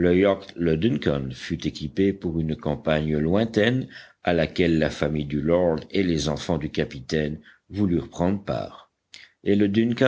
le duncan fut équipé pour une campagne lointaine à laquelle la famille du lord et les enfants du capitaine voulurent prendre part et le